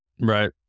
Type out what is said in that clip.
Right